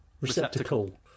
Receptacle